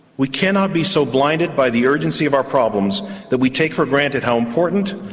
we cannot be so blinded by the urgency of our problems that we take for granted how important,